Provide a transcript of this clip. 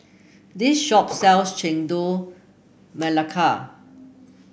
this shop sells Chendol Melaka